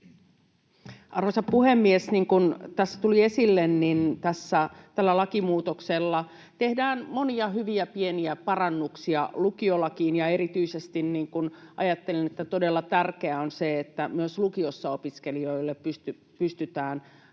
Arvoisa puhemies! Niin kuin tässä tuli esille, niin tällä lakimuutoksella tehdään monia hyviä pieniä parannuksia lukiolakiin, ja erityisesti ajattelen, että todella tärkeää on se, että myös lukiossa opiskelijoille pystytään